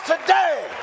today